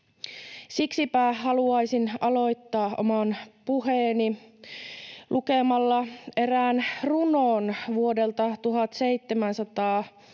Siksipä haluaisin aloittaa oman puheeni lukemalla erään runon vuodelta 1717.